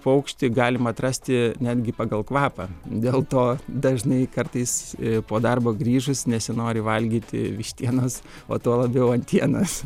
paukštį galim atrasti netgi pagal kvapą dėl to dažnai kartais po darbo grįžus nesinori valgyti vištienos o tuo labiau antienos